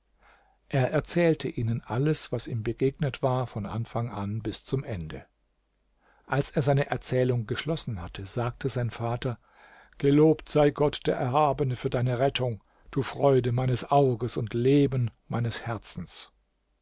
er erzählte ihnen alles was ihm begegnet war von anfang an bis zum ende als er seine erzählung geschlossen hatte sagte sein vater gelobt sei gott der erhabene für deine rettung du freude meines auges und leben meines herzens